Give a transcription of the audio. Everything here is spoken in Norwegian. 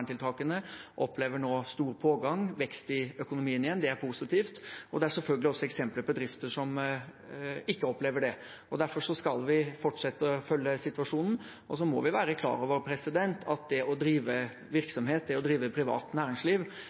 opplever nå stor pågang og vekst i økonomien igjen. Det er positivt. Det er selvfølgelig også eksempler på bedrifter som ikke opplever det. Derfor skal vi fortsette å følge situasjonen. Så må vi være klar over at det å drive virksomhet, det å drive privat næringsliv,